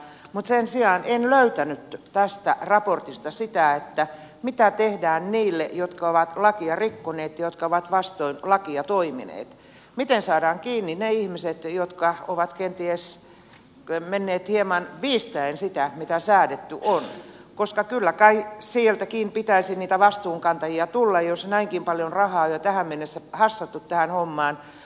mutta sen sijaan en löytänyt tästä raportista sitä mitä tehdään niille jotka ovat lakia rikkoneet jotka ovat vastoin lakia toimineet miten saadaan kiinni ne ihmiset jotka ovat kenties menneet hieman viistäen sitä mitä säädetty on koska kyllä kai sieltäkin pitäisi niitä vastuunkantajia tulla jos näinkin paljon rahaa jo tähän mennessä on hassattu tähän hommaan